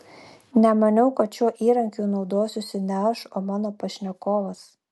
nemaniau kad šiuo įrankiu naudosiuosi ne aš o mano pašnekovas